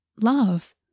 Love